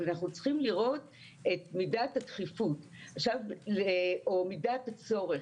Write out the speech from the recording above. אבל אנחנו צריכים לראות את מידת הדחיפות או מידת הצורך.